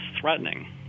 threatening